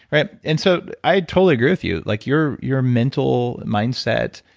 and so, i totally agree with you. like your your mental mindset,